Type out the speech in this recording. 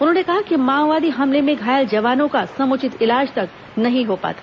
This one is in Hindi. उन्होंने कहा कि माओवादी हमले में घायल जवानों का समुचित इलाज तक नहीं हो पाता